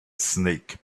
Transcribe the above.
snake